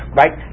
right